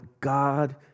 God